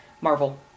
Marvel